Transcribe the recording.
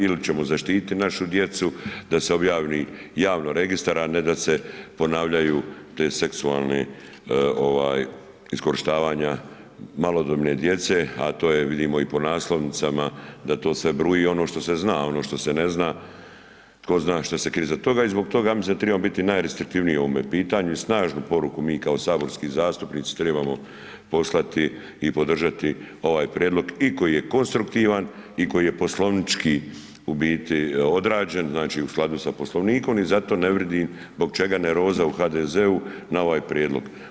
Ili ćemo zaštiti našu djecu da se objavi javno registar, a ne da se ponavljaju te seksualne iskorištavanja malodobne djece, a to je, vidimo i po naslovnicama, da to sve bruji, ono što se zna, ono što se ne zna, tko zna što se krije iza toga i zbog toga mislim da trebamo biti najrestriktivniji u ovome pitanju i snažnu poruku mi kao saborski zastupnici trebamo poslati i podržati ovaj prijedlog i koji je konstruktivan i koji je poslovnički ubiti odrađen, znači u skladu sa Poslovnikom i zato ne vidim zbog čega nervoza u HDZ-u na ovaj prijedlog.